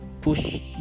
push